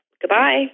Goodbye